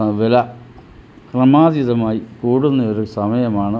സ വില ക്രമാധീതമായി കൂടുന്ന ഒരു സമയമാണ്